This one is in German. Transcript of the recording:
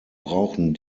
brauchen